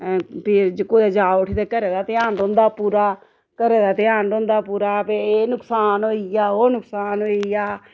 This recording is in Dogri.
फ्ही जे कुदै जाओ उठी ते घरै दा ध्यान रौंह्दा पूरा घरै दा ध्यान रौंह्दा पूरा ब एह् नकसान होई गेआ ओह् नकसान होई गेआ